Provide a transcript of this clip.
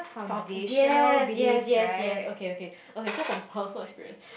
found yes yes yes yes okay okay okay so from perfect experience